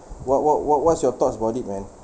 what what what what's your thoughts about it man